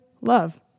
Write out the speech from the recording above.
love